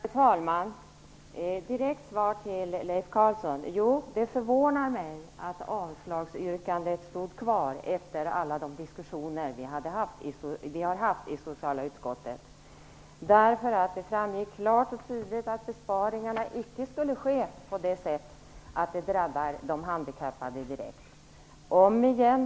Herr talman! Låt mig ge ett direkt svar till Leif Carlson. Det förvånar mig att avslagsyrkandet stod kvar efter alla de diskussioner vi har haft i socialutskottet. Det framgick klart och tydligt att besparingarna icke skall ske så att de drabbar de handikappade direkt.